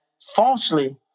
falsely